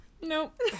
Nope